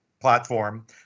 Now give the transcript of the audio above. platform